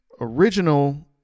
original